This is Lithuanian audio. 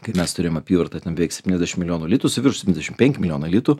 kai mes turėjom apyvartą ten beveik septyniasdešimt milijonų litų su viršum septyniasdešimt penki milijonai litų